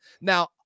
Now